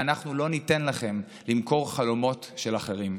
ואנחנו לא ניתן לכם למכור חלומות של אחרים.